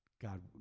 God